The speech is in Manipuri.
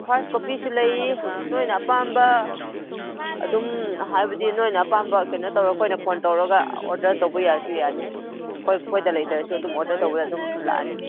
ꯐꯥꯔꯁ ꯀꯣꯄꯤꯁꯨ ꯂꯩ ꯅꯣꯏꯅ ꯑꯄꯥꯝꯕ ꯑꯗꯨꯝ ꯍꯥꯏꯕꯗꯤ ꯅꯣꯏꯅ ꯑꯄꯥꯝꯕ ꯀꯩꯅꯣ ꯇꯧꯔ ꯑꯩꯈꯣꯏꯗ ꯐꯣꯟ ꯇꯧꯔꯒ ꯑꯣꯗꯔ ꯇꯧꯕ ꯌꯥꯔꯁꯨ ꯌꯥꯅꯤ ꯑꯩꯈꯣꯏꯗ ꯂꯩꯇ꯭ꯔꯁꯨ ꯑꯗꯨꯝ ꯑꯣꯗꯔ ꯇꯧꯔ ꯑꯗꯨꯝ ꯂꯥꯛꯑꯅꯤ